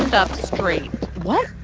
up straight what?